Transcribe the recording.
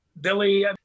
Billy